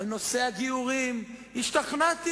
שעושות פה, באמת,